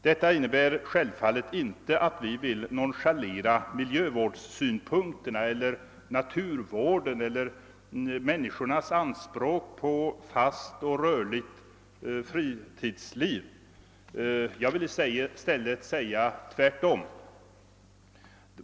Detta innebär självfallet inte att vi vill nonchalera miljövårdssynpunkterna eller naturvården eller människornas anspråk på ett fast och rörligt fritidsliv; jag vill i stället säga tvärtom.